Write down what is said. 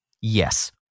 Yes